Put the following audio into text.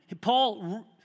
Paul